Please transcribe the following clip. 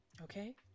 Okay